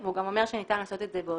והוא גם אומר שניתן לעשות את זה בהודעה.